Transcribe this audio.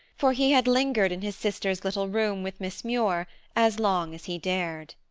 for he had lingered in his sister's little room with miss muir as long as he dared.